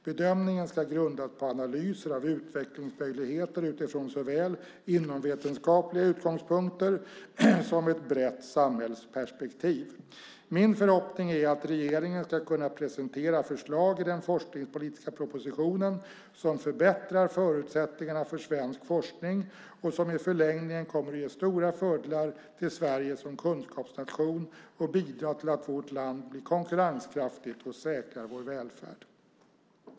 Bedömningen ska grundas på analyser av utvecklingsmöjligheter utifrån såväl inomvetenskapliga utgångspunkter som ett brett samhällsperspektiv. Min förhoppning är att regeringen ska kunna presentera förslag i den forskningspolitiska propositionen som förbättrar förutsättningarna för svensk forskning och som i förlängningen kommer att ge stora fördelar till Sverige som kunskapsnation, bidra till att vårt land blir konkurrenskraftigt och säkra vår välfärd.